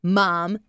mom